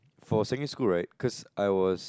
for secondary school right cause I was